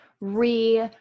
re